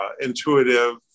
intuitive